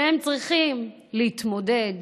שהם צריכים להתמודד